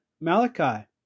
Malachi